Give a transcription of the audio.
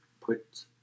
Put